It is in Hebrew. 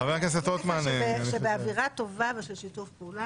חבר הכנסת רוטמן -- באווירה טובה ושיתוף פעולה